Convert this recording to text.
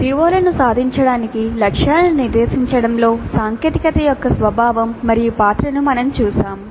CO లను సాధించడానికి లక్ష్యాలను నిర్దేశించడంలో సాంకేతికత యొక్క స్వభావం మరియు పాత్రను మనం చూశాము